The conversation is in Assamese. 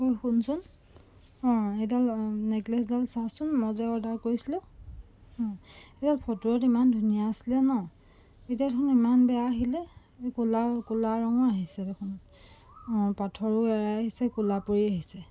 ঐ শুনচোন অঁ এইডাল অঁ নেকলেছডাল চাচোন মই যে অৰ্ডাৰ কৰিছিলোঁ অঁ এইডাল ফটোত ইমান ধুনীয়া আছিলে নহ্ এতিয়া দেখোন ইমান বেয়া আহিলে কলা কলা ৰঙৰ আহিছে দেখোন অঁ পাথৰো এৰাই আহিছে কলাপৰি আহিছে